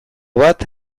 bat